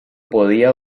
podía